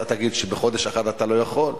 אתה תגיד שבחודש אחד אתה לא יכול,